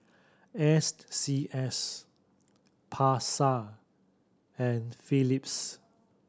S C S Pasar and Philips